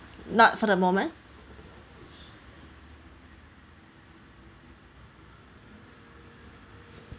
not for the moment